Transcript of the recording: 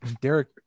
Derek